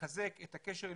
לחזק את הקשר ישראל-תפוצות,